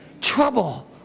trouble